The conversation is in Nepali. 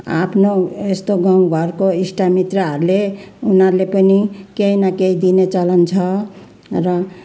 आफ्नो यस्तो गाउँघरको इष्टमित्रहरूले उनीहरूले पनि केही न केही दिने चलन छ र